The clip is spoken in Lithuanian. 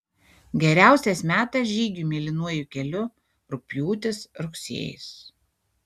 geriausias metas žygiui mėlynuoju keliu rugpjūtis rugsėjis